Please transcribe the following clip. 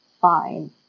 fine